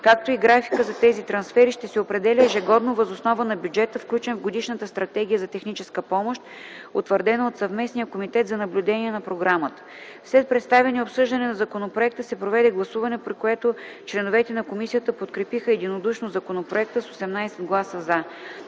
както и графикът за тези трансфери ще се определят ежегодно въз основа на бюджета, включен в Годишната стратегия за техническа помощ, утвърдена от Съвместния комитет за наблюдение на програмата. След представяне и обсъждане на законопроекта се проведе гласуване, при което членовете на комисията подкрепиха единодушно законопроекта с 18 гласа „за”.